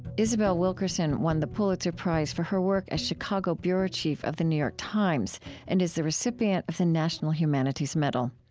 isabel wilkerson won the pulitzer prize for her work as chicago bureau chief of the new york times and is the recipient of the national humanities medal.